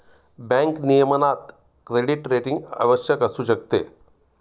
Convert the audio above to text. bank नियमनात credit rating आवश्यक असू शकते